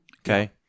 okay